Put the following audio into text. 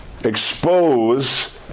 expose